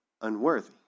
unworthy